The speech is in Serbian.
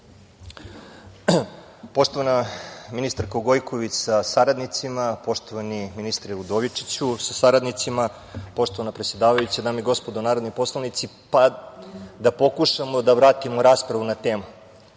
Poštovana ministarko Gojković sa saradnicima, poštovani ministre Udovičiću sa saradnicima, poštovana predsedavajuća, dame i gospodo narodni poslanici, da pokušamo da vratimo raspravu na temu,